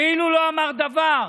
כאילו לא אמר דבר.